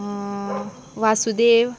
Vasudev